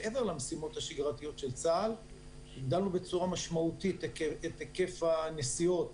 מעבר למשימות השגרתיות של צה"ל הגדלנו בצורה משמעותית את היקף הנסיעות.